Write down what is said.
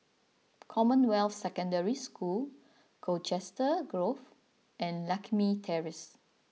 Commonwealth Secondary School Colchester Grove and Lakme Terrace